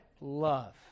love